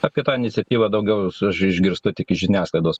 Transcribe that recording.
apie tą iniciatyvą daugiau aš išgirstų tik iš žiniasklaidos